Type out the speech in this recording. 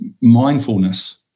mindfulness